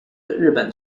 日本